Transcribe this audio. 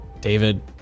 David